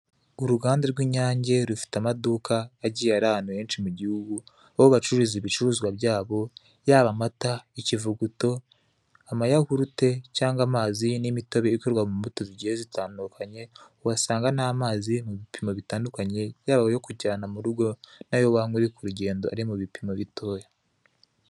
Uruganda rw'INYANGE rufite amaduka agiye ari ahantu henshi mu gihugu, aho bacururiza ibicuruzwa byabo. Yab'amata, ikuvuguto, amayahurute, cyangwa amazi n'imitobe ikorerwa mumbuto zigiye zitandukanye, uhasanga n'amazi mu bipimo bitandukanye yab'ayo kujyana murugo n'ayo wanywa uri ku rugendo ari mu bipimo bitoya.